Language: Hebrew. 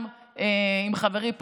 גם עם חברי פה,